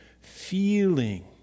feeling